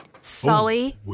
Sully